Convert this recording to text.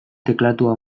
teklatua